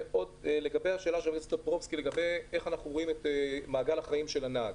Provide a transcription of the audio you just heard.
חבר הכנסת טופורובסקי שאל איך אנחנו רואים את מעגל החיים של הנהג: